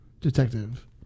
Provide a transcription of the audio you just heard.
detective